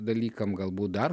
dalykam galbūt dar